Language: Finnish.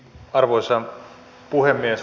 arvoisa puhemies